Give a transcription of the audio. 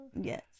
yes